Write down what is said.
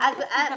רוצים.